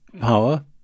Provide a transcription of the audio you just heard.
power